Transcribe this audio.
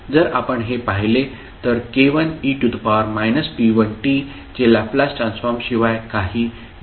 जर आपण हे पाहिले तर k1e p1t चे लॅपलास ट्रान्सफॉर्म शिवाय काही नाही